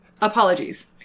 Apologies